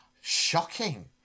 Shocking